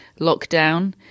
lockdown